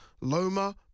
Loma